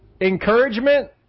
encouragement